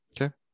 Okay